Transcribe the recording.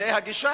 זאת הגישה.